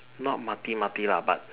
not Mati Mati lah but